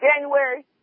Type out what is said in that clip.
January